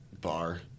Bar